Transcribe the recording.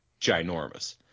ginormous